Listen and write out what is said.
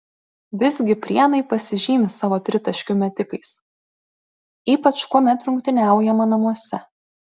visgi prienai pasižymi savo tritaškių metikais ypač kuomet rungtyniauja namuose